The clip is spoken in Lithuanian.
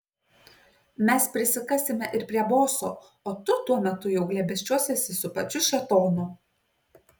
mes prisikasime ir prie boso o tu tuo metu jau glėbesčiuosiesi su pačiu šėtonu